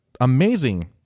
amazing